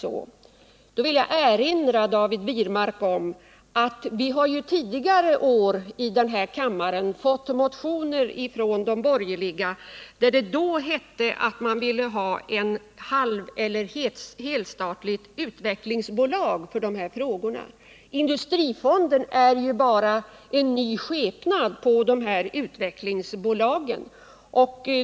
Jag vill erinra David Wirmark om att vi tidigare i denna kammare behandlat borgerliga motioner, där man uttalat sig för ett halveller helstatligt utvecklingsbolag för de här frågorna. Industrifonden är ju bara detta utvecklingsbolag i en ny skepnad.